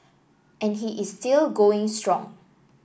and he is still going strong